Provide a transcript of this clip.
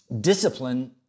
discipline